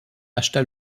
acheta